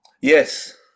Yes